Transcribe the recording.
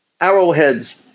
arrowheads